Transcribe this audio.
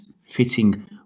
fitting